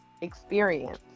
experience